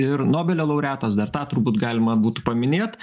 ir nobelio laureatas dar tą turbūt galima būtų paminėt